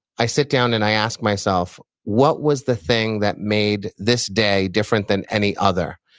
i sit down and i ask myself, what was the thing that made this day different than any other?